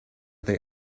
they